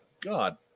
god